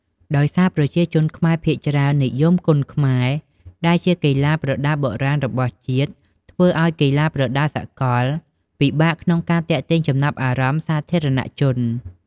ដោយសារប្រជាជនខ្មែរភាគច្រើននិយមគុនខ្មែរដែលជាកីឡាប្រដាល់បុរាណរបស់ជាតិ ធ្វើឲ្យកីឡាប្រដាល់សកលពិបាកក្នុងការទាក់ទាញចំណាប់អារម្មណ៍សាធារណជន។